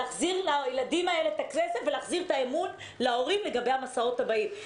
להחזיר לילדים האלה את הכסף ולהחזיר את האמון להורים לגבי המסעות הבאים.